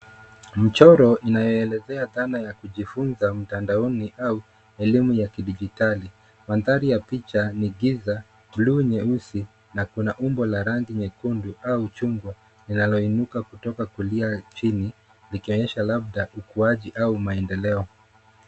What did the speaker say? Mchoro inayoelezea dhana ya kujifunza mtandaoni au elimu ya kidijitali. Mandhari ya picha ni giza blue nyeusi na kuna umbo la rangi nyekundu au chungwa linaloinuka kutoka kulia chini likionyesha labda ukuaji au maendeleo.